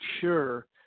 sure –